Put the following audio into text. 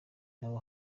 nabo